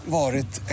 varit